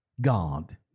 God